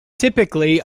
typically